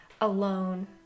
alone